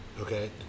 Okay